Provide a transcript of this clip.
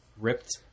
ripped